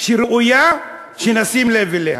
שראויה שנשים לב אליה.